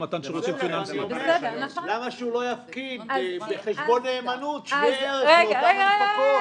למה שהוא לא יפקיד בחשבון נאמנות שווה ערך לאותן הנפקות?